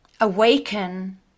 awaken